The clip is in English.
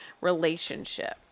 relationship